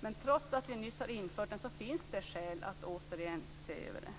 Men trots att vi nyss har infört den finns det skäl att återigen se över den.